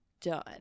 done